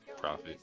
profit